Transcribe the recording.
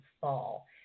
fall